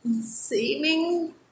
Seeming